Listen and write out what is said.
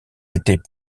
étaient